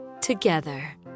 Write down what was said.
together